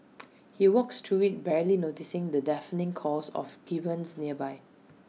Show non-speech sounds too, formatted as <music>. <noise> he walks through IT barely noticing the deafening calls of gibbons nearby